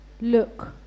look